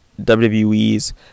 WWE's